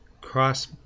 Cross